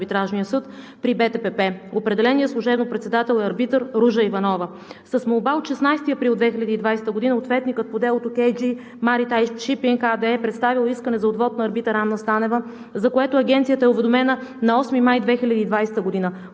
палата. Определеният служебно председател е арбитър Ружа Иванова. С молба от 16 април 2020 г. ответникът по делото „Кей Джи Маритайм Шипинг“ АД е представил искане за отвод на арбитър Анна Станева, за което Агенцията е уведомена на 8 май 2020 г.